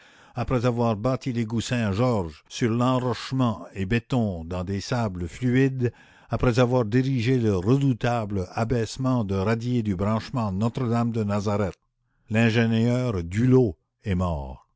après avoir bâti l'égout saint-georges sur enrochement et béton dans des sables fluides après avoir dirigé le redoutable abaissement de radier du branchement notre dame de nazareth l'ingénieur duleau est mort